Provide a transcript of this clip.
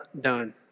done